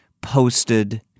posted